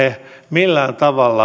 millään tavalla